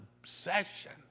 obsession